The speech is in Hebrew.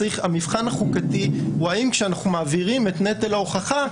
המבחן החוקתי הוא האם כאשר אנחנו מעבירים את נטל ההוכחה,